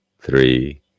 three